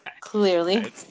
clearly